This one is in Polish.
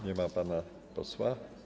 Nie ma pana posła.